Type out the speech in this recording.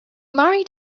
married